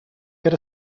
get